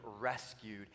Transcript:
rescued